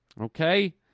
okay